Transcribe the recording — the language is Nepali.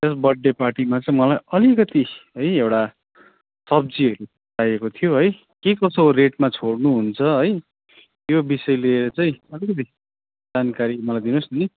त्यो बर्थडे पार्टीमा चाहिँ मलाई अलिकति है एउटा सब्जीहरू चाहिएको थियो है के कसो रेटमा छोड्नुहुन्छ है त्यो विषय लिएर चाहिँ अलिकति जानकारी मलाई दिनुहोस् नि